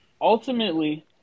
ultimately